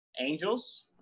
Angels